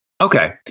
Okay